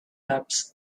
taps